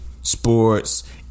sports